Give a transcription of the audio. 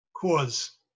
cause